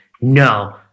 no